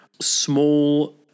small